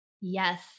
Yes